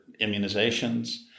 immunizations